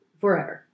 forever